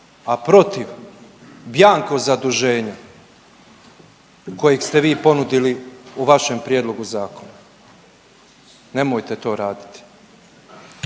a protiv bianco zaduženja kojeg ste vi ponudili u vašem prijedlogu zakona. Nemojte to raditi.